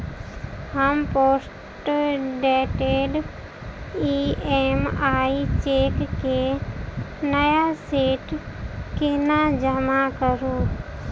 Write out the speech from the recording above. हम postdated EMI cheque केँ नया सेट केना जमा करू?